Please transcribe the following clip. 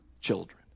children